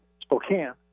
Spokane